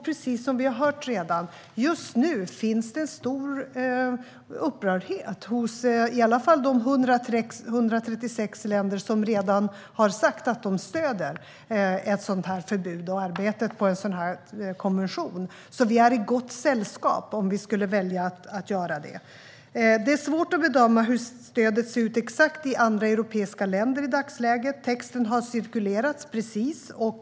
Precis som vi har hört redan finns det just nu en stor upprördhet hos i varje fall de 136 länder som redan har sagt att de stöder ett sådant förbud och arbetet med en konvention, så vi är i gott sällskap om vi skulle välja att göra det. Det är svårt att bedöma hur stödet exakt ser ut i andra europeiska länder i dagsläget. Texten har precis cirkulerats.